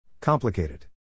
Complicated